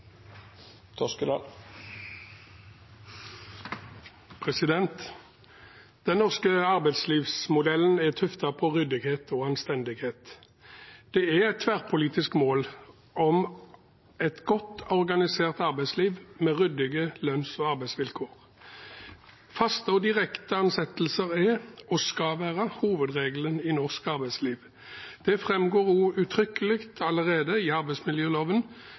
Den norske arbeidslivsmodellen er tuftet på ryddighet og anstendighet. Det er et tverrpolitisk mål om et godt organisert arbeidsliv med ryddige lønns- og arbeidsvilkår. Faste og direkte ansettelser er, og skal være, hovedregelen i norsk arbeidsliv. Det framgår også uttrykkelig allerede av arbeidsmiljøloven § 14-9 første ledd. Fra 1. januar i